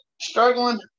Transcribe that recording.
struggling